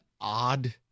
odd